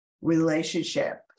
relationship